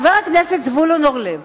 חבר הכנסת זבולון אורלב,